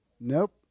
Nope